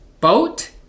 Boat